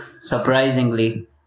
surprisingly